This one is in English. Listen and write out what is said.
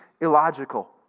illogical